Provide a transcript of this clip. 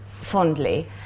fondly